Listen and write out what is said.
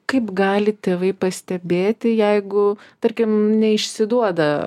kaip gali tėvai pastebėti jeigu tarkim neišsiduoda